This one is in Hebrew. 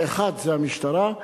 האחד זה המשטרה,